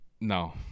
no